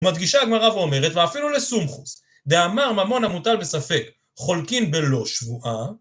מדגישה הגמרא ואומרת ואפילו לסומכוס דאמר ממון המוטל בספק חולקין בלא שבועה